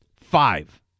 Five